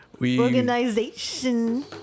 organization